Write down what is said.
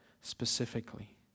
specifically